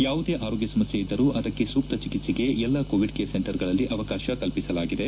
ಯಾವುದೇ ಆರೋಗ್ಯ ಸಮಸ್ಠೆ ಇದ್ದರೂ ಅದಕ್ಕೆ ಸೂಕ್ತ ಚಿಕಿಸ್ಸೆಗೆ ಎಲ್ಲ ಕೋವಿಡ್ ಕೇರ್ ಸೆಂಟರ್ಗಳಲ್ಲಿ ಅವಕಾಶ ಕಲ್ಪಿಸಲಾಗಿದೆ